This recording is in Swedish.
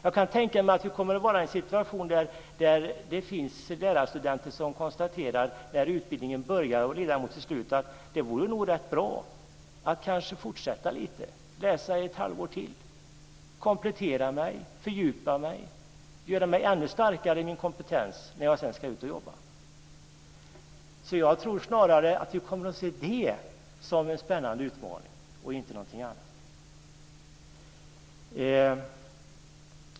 Jag kan tänka mig att vi kommer att få en situation där det finns lärarstudenter som när utbildningen börjar lida mot sitt slut konstaterar att det nog vore rätt bra att fortsätta lite, att läsa ett halvår till, komplettera och fördjupa sig, göra sig ännu starkare i sin kompetens när man sedan ska ut och jobba. Jag tror snarare att vi kommer att se det som en spännande utmaning och inte någonting annat.